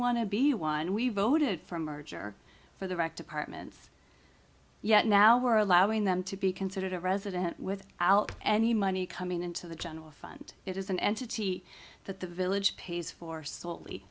want to be one we voted from merger for the rec departments yet now we're allowing them to be considered a resident without any money coming into the general fund it is an entity that the village pays for s